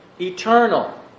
eternal